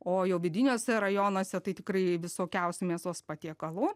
o jau vidiniuose rajonuose tai tikrai visokiausių mėsos patiekalų